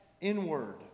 inward